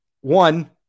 One